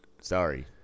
sorry